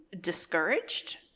discouraged